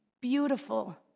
Beautiful